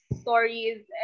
stories